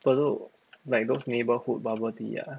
bedok like those neighborhood bubble tea ah